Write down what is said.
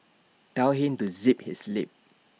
tell him to zip his lip